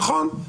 נכון.